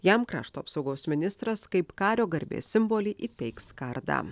jam krašto apsaugos ministras kaip kario garbės simbolį įteiks kardą